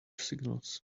signals